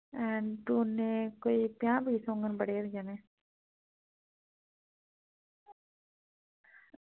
दौन्नें कोई पंजाह् पीस होङन बड़े होई जाने